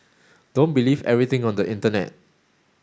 don't believe everything on the internet